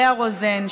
לאה רוזן,